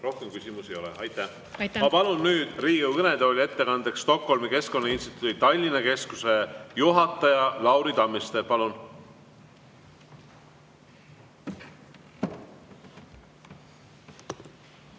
Rohkem küsimusi ei ole. Ma palun nüüd Riigikogu kõnetooli ettekandeks Stockholmi Keskkonnainstituudi Tallinna Keskuse juhataja Lauri Tammiste. Palun!